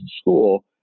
school